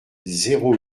zéro